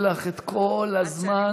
אתם תעלו את הנושא,